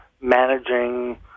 managing